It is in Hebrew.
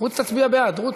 רוץ תצביע בעד, רוץ,